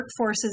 workforces